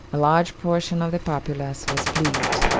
a large portion of the populace was pleased,